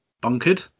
Bunkered